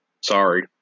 sorry